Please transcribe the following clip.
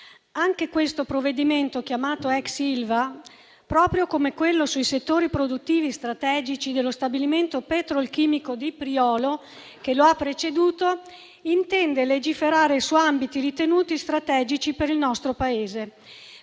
anche questo provvedimento chiamato ex Ilva, proprio come quello sui settori produttivi strategici dello stabilimento petrolchimico di Priolo, che lo ha preceduto, intende normare ambiti ritenuti strategici per il nostro Paese.